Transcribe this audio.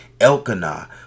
Elkanah